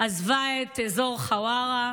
עזבה את אזור חווארה,